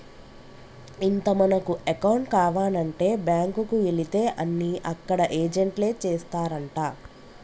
ఇంత మనకు అకౌంట్ కావానంటే బాంకుకు ఎలితే అన్ని అక్కడ ఏజెంట్లే చేస్తారంటా